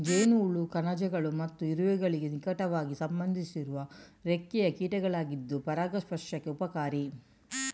ಜೇನುಹುಳ ಕಣಜಗಳು ಮತ್ತು ಇರುವೆಗಳಿಗೆ ನಿಕಟವಾಗಿ ಸಂಬಂಧಿಸಿರುವ ರೆಕ್ಕೆಯ ಕೀಟಗಳಾಗಿದ್ದು ಪರಾಗಸ್ಪರ್ಶಕ್ಕೆ ಉಪಕಾರಿ